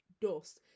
dust